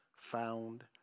Found